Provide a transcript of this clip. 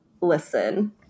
listen